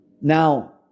Now